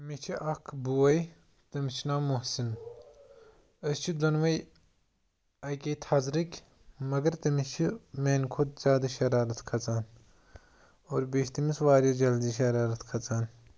مےٚ چھِ اَکھ بوے تٔمِس چھُ ناو موسن أسۍ چھِ دۄنوَے اَکے تھزرٕکۍ مگر تٔمِس چھِ میٛانہِ کھۄتہٕ زیادٕ شَرارت کھژان اور بیٚیہِ چھِ تٔمِس واریاہ جلدٕے شَرارت کھَژان